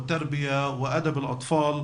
החינוך וספרות הילדים,